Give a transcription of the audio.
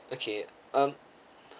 okay um